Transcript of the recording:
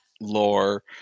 lore